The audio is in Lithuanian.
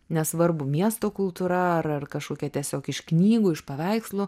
nesvarbu miesto kultūra ar ar kažkokia tiesiog iš knygų iš paveikslų